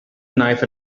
knife